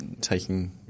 taking